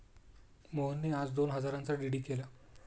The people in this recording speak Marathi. मोहनने आज दोन हजारांचा डी.डी केला